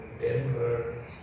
Denver